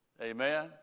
Amen